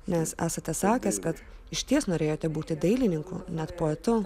nes esate sakęs kad išties norėjote būti dailininku net poetu